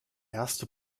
erste